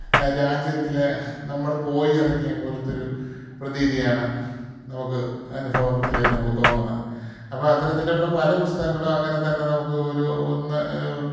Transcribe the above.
രാജ്യത്തിൽ നമ്മൾ പോയി ഇറങ്ങിയതുപോലത്തെ ഒരു പ്രതീതിയാണ് നമുക്ക് അനുഭവത്തിൽ നമുക്ക് തോന്നുന്നത് അപ്പം അത്തരത്തിലൊള്ള പല പുസ്തകങ്ങളും അങ്ങനെത്തന്നെ നമുക്ക് ഒരു ഒന്ന്